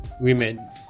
women